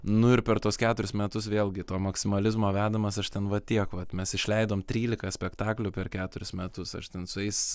nu ir per tuos keturis metus vėlgi to maksimalizmo vedamas aš ten va tiek vat mes išleidom trylika spektaklių per keturis metus aš ten su jais